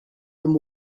and